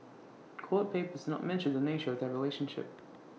court papers did not mention the nature of their relationship